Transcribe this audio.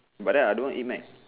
but then I don't eat Mac